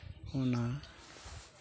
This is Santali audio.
ᱚᱱᱟ